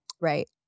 Right